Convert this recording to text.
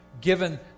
given